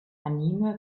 anime